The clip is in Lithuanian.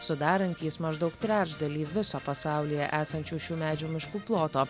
sudarantys maždaug trečdalį viso pasaulyje esančių šių medžių miškų ploto